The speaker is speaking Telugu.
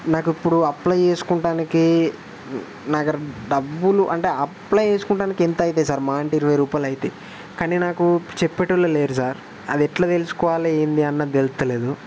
నాకు ఇప్పుడు అప్లై చేసుకోవడానికి నా దగ్గర డబ్బులు అంటే అప్లై చేసుకోవడానికి ఎంత అవుతాయి సార్ మా అంటే ఇరవై రూపాయలు అవుతాయి కానీ నాకు చెప్పేవాళ్ళు లేరు సార్ అది ఎట్లా తెలుసుకోవాలి ఏంది అన్నది తెలుస్తలేదు